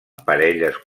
parelles